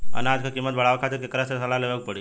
अनाज क कीमत बढ़ावे खातिर केकरा से सलाह लेवे के पड़ी?